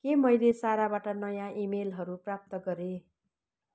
के मैले साराबाट नयाँ इमेलहरू प्राप्त गरेँ